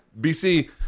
BC